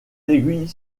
aiguilles